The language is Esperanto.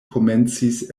komencis